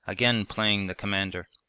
again playing the commander.